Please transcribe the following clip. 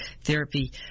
therapy